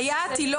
סייעת היא לא